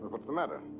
what's the matter?